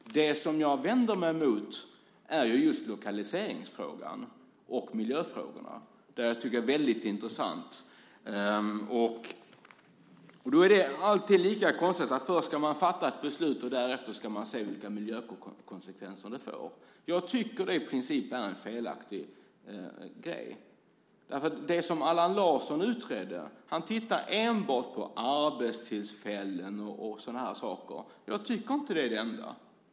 Det som jag vänder mig mot gäller just lokaliseringsfrågan och miljöfrågorna. Jag tycker att det är väldigt intressant - och alltid lika konstigt - att man först fattar ett beslut och därefter ser på vilka miljökonsekvenser det får. Jag tycker att det i princip är felaktigt. Allan Larsson tittade enbart på arbetstillfällen och sådana saker i sin utredning. Jag tycker inte att det är det enda.